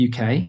UK